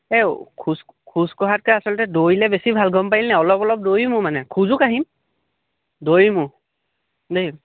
এই খোজ খোজকঢ়াতকৈ আচলতে দৌৰিলে বেছি ভাল গম পালিনে নাই অলপ অলপ দৌৰিমো মানে খোজো কাঢ়িম দৌৰিমো দেই